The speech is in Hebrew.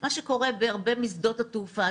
מה שקורה בהרבה משדות התעופה.